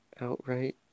Outright